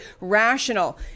rational